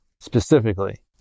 specifically